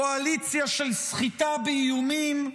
קואליציה של סחיטה באיומים,